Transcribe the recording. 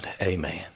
Amen